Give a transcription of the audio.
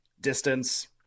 distance